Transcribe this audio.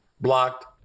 blocked